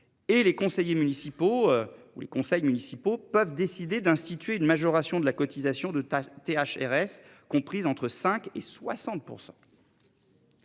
ou les conseils municipaux peuvent décider d'instituer une majoration de la cotisation de ta TH RS comprise entre 5 et 60%.